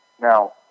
Now